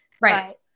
Right